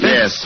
Yes